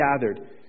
gathered